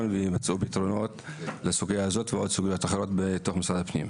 ויימצאו פתרונות לסוגיה הזאת ולסוגיות אחרות בתוך משרד הפנים.